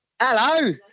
Hello